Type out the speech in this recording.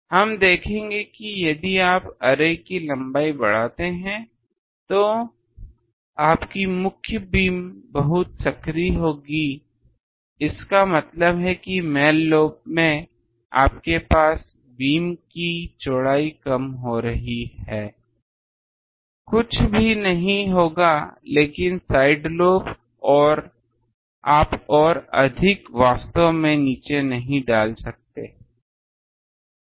हम देखेंगे कि यदि आप अरे की लंबाई को बढ़ाते हैं तो आपकी मुख्य बीम बहुत संकरी होगी इसका मतलब है मैन लोब में आपके पास बीम की चौड़ाई कम हो रही है कुछ भी नहीं होगा लेकिन साइड लोब आप और अधिक वास्तव में नीचे नहीं डाल सकते हैं